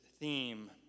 theme